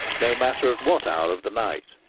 no matter at what hour of the night